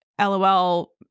LOL